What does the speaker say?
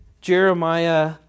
Jeremiah